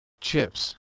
chips